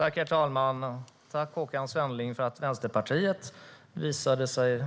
Herr talman! Tack, Håkan Svenneling, för att Vänsterpartiet visade sig